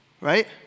right